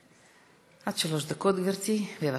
עד שלוש דקות, גברתי, בבקשה.